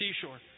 seashore